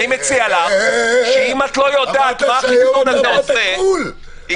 אני מציע לך שאם את לא יודעת מה החיסון הזה עושה --- אה,